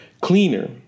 cleaner